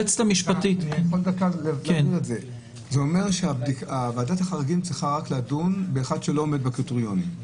זה אומר שוועדת החריגים צריכה לדון רק במי שלא עומד בקריטריונים.